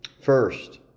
First